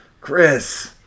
Chris